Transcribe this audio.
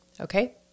Okay